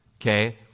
okay